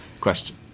Question